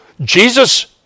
Jesus